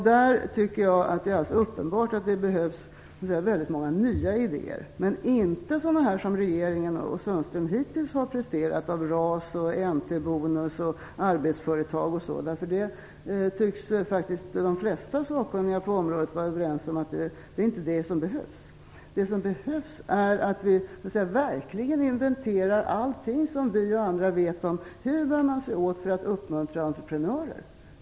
Det är uppenbart att det behövs många nya idéer - dock inte sådana idéer som regeringen och Anders Sundström hittills har presterat om RAS, N/T-bonus, arbetsföretag m.m. De flesta sakkunniga på området tycks faktiskt vara överens om att det inte är det som behövs. Vad som behövs är att vi verkligen inventerar allt som vi och andra vet om hur man bär sig åt för att uppmuntra entreprenörer.